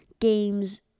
games